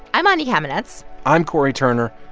i'm anya kamenetz i'm cory turner.